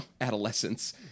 adolescence